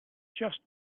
just